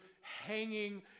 hanging